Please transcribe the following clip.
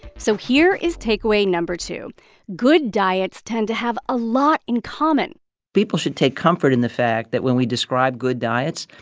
so here is takeaway no. two good diets tend to have a lot in common people should take comfort in the fact that when we describe good diets,